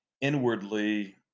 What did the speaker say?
inwardly